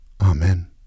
Amen